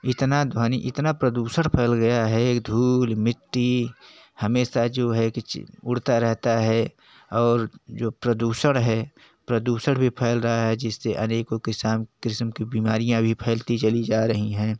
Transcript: इतना ध्वनि इतना प्रदूषण फैल गया है धूल मिट्टी हमेशा जो है कि ची उड़ता रहता है और जो प्रदूषण है प्रदूषण भी फैल रहा है जिससे अनेकों किसम किस्म की बीमारियाँ भी फैलती चली जा रही हैं